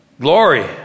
Glory